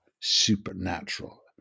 supernatural